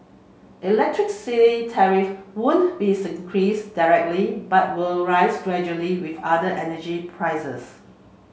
electricity tariff won't be increase directly but will rise gradually with other energy prices